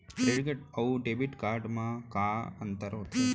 Credit card अऊ debit card मा का अंतर होथे?